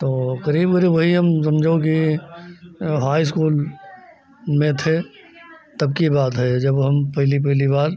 तो करीब करीब वही हम समझो कि हाई इस्कूल में थे तब की बात है यह जब हम पहली पहली बार